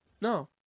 No